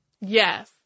Yes